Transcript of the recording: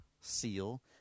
seal